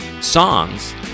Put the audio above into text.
songs